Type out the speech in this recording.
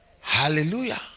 Hallelujah